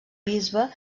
bisbe